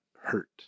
hurt